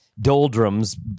doldrums